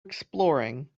exploring